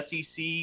sec